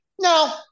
no